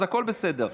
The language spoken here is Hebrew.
אז הכול בסדר.